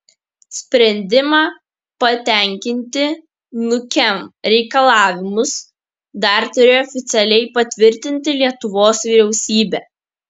sprendimą patenkinti nukem reikalavimus dar turi oficialiai patvirtinti lietuvos vyriausybė